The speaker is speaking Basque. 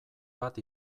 bat